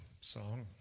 song